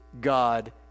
God